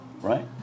right